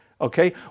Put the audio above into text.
okay